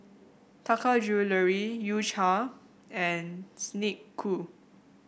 Taka Jewelry U Cha and Snek Ku